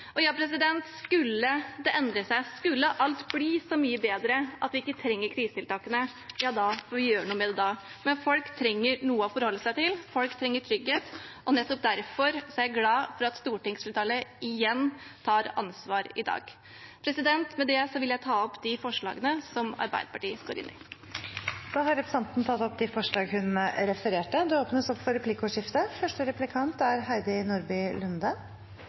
Skulle det endre seg, skulle alt bli så mye bedre at vi ikke trenger krisetiltakene, får vi gjøre noe med det da. Men folk trenger noe å forholde seg til, folk trenger trygghet, og nettopp derfor er jeg glad for at stortingsflertallet igjen tar ansvar i dag. Med det vil jeg ta opp de forslagene som Arbeiderpartiet står inne i. Da har representanten Elise Bjørnebekk-Waagen tatt opp de forslagene hun refererte til. Det